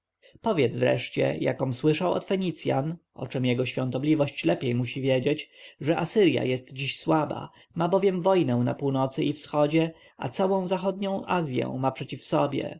powiedz wreszcie jakom słyszał od fenicjan o czem jego świątobliwość lepiej musi wiedzieć że asyrja jest dziś słaba ma bowiem wojnę na północy i wschodzie a całą zachodnią azję ma przeciw sobie